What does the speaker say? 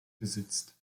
besitzt